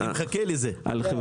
אני מחכה לזה.